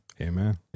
Amen